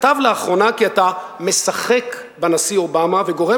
כתב לאחרונה כי אתה משחק בנשיא אובמה וגורם